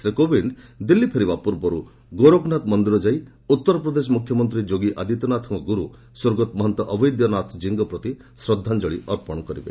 ଶ୍ରୀ କୋବିନ୍ଦ ଦିଲ୍ଲୀ ଫେରିବା ପୂର୍ବରୁ ଗୋରଖନାଥ ମନ୍ଦିର ଯାଇ ଉତ୍ତରପ୍ରଦେଶ ମୁଖ୍ୟମନ୍ତ୍ରୀ ଯୋଗୀ ଆଦିତ୍ୟନାଥଙ୍କ ଗୁରୁ ସ୍ୱର୍ଗତ ମହନ୍ତ ଅବୈଦ୍ୟନାଥ ଜୀଙ୍କ ପ୍ରତି ଶ୍ରଦ୍ଧାଞ୍ଜଳି ଅର୍ପଣ କରିବେ